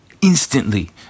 instantly